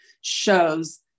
shows